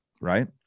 Right